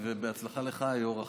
ובהצלחה לך, היו"ר החדש.